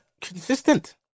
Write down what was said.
consistent